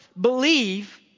believe